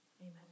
Amen